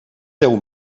deu